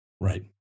Right